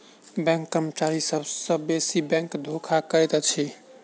bank कर्मचारी सभ सॅ बेसी बैंक धोखा करैत अछि